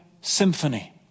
symphony